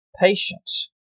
patience